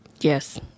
yes